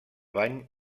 bany